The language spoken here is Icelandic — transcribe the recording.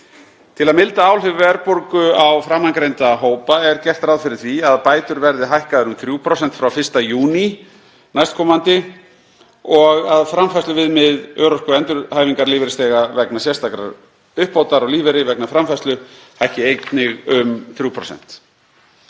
Til að milda áhrif verðbólgu á framangreinda hópa er gert ráð fyrir að bætur verði hækkaðar um 3% frá 1. júní nk. og að framfærsluviðmið örorku- og endurhæfingarlífeyrisþega, vegna sérstakrar uppbótar á lífeyri vegna framfærslu, hækki einnig um 3%.